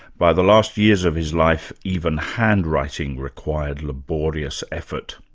by the last years of his life, even handwriting required laborious effort.